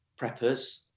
preppers